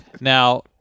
Now